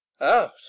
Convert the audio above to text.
out